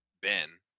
Ben